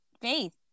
Faith